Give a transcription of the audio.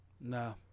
No